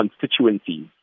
constituencies